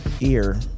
ear